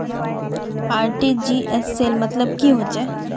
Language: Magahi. आर.टी.जी.एस सेल मतलब की होचए?